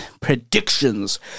predictions